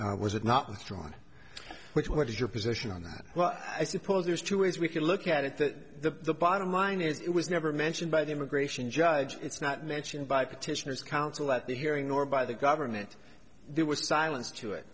and was it not withdrawn which what is your position on that well i suppose there's two ways we can look at it that the bottom line is it was never mentioned by the immigration judge it's not mentioned by petitioners counsel at the hearing or by the government there was silence to it